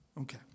Okay